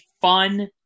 fun